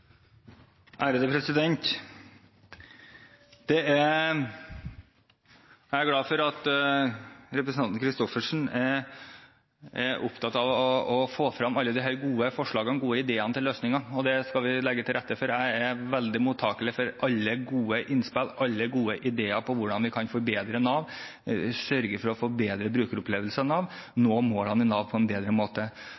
Jeg er glad for at representanten Christoffersen er opptatt av å få frem alle disse gode forslagene, de gode ideene til løsninger, og det skal vi legge til rette for. Jeg er veldig mottakelig for alle gode innspill, alle gode ideer til hvordan vi kan forbedre Nav, sørge for å